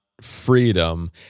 freedom